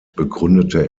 begründete